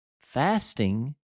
Fasting